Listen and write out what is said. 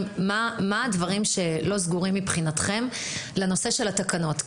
מה הדברים שלא סגורים מבחינתכם בנושא של התקנות?